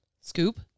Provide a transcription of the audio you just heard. scoop